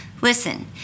Listen